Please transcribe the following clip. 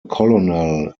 colonel